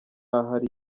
ahari